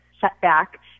setback